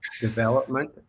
development